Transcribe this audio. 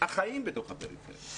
החיים בתוך הפריפריה.